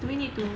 do we need to